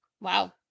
Wow